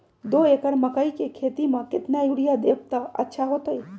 दो एकड़ मकई के खेती म केतना यूरिया देब त अच्छा होतई?